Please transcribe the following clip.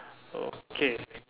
okay